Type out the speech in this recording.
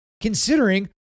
Considering